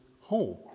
home